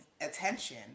attention